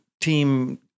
team